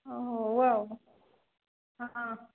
ହେଉ ଆଉ ହଁ